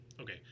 okay